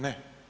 Ne.